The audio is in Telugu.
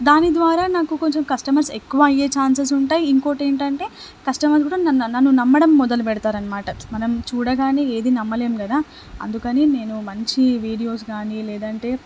దాని ద్వారా నాకు కొంచెం కస్టమర్స్ ఎక్కువ అయ్యే ఛాన్సెస్ ఉంటాయి ఇంకొకటి ఏంటంటే కస్టమర్స్ కూడా నన్ను నన్ను నమ్మడం మొదలుపెడతారు అనమాట మనం చూడగానే ఏదీ నమ్మలేం కదా అందుకని నేను మంచి వీడియోస్ కానీ లేదంటే